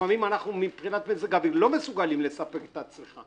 לפעמים אנחנו מבחינת מזג אוויר לא מסוגלים לספק את הצריכה